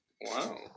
Wow